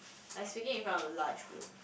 like speaking in front of the large group